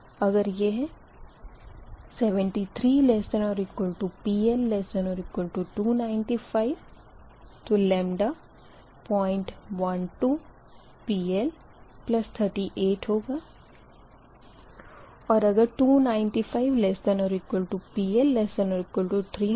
अगर यह 73 ≤ PL ≤ 295 λ012 PL38 और अगर 295 ≤ PL ≤ 310 λ036 PL 3280 होगा